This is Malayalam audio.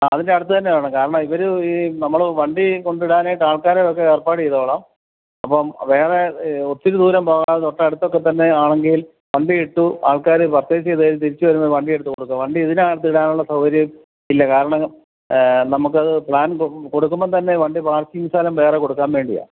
ആ അതിൻ്റെ അടുത്തുതന്നെ വേണം കാരണം ഇവര് ഈ നമ്മള് വണ്ടി കൊണ്ടുപോയിടാനായിട്ട് ആൾക്കാരെയൊക്കെ ഏർപ്പാട് ചെയ്തുകൊള്ളാം അപ്പം വേറെ ഒത്തിരി ദൂരം പോകാതെ തൊട്ടടുത്തൊക്കെ തന്നെയാണെങ്കിൽ വണ്ടിയിട്ട് ആൾക്കാര് പർച്ചേസ് ചെയ്തുകഴിഞ്ഞ് തിരിച്ചുവരുമ്പോള് വണ്ടി എടുത്തുകൊടുക്കുക വണ്ടി ഇതിനകത്ത് ഇടാനുള്ള സൗകര്യമില്ല കാരണം നമുക്കത് പ്ലാൻ കൊടുക്കുമ്പോള്ത്തന്നെ വണ്ടി പാർക്കിംഗ് സ്ഥലം വേറെ കൊടുക്കാൻ വേണ്ടിയാണ്